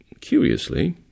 curiously